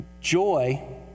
Joy